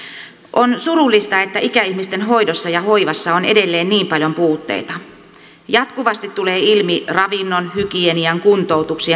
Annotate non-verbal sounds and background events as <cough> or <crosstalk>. on surullista että ikäihmisten hoidossa ja hoivassa on edelleen niin paljon puutteita jatkuvasti tulee ilmi ravinnon hygienian kuntoutuksen <unintelligible>